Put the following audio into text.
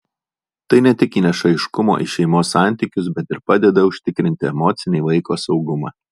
tai ne tik įneša aiškumo į šeimos santykius bet ir padeda užtikrinti emocinį vaiko saugumą